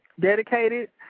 dedicated